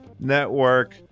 Network